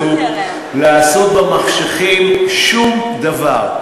כי אין אפשרות כזאת לעשות במחשכים שום דבר,